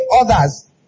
others